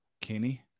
Kenny